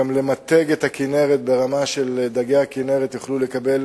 למתג את הכינרת ברמה שעל דגי הכינרת יוכלו לקבל